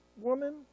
woman